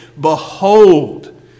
behold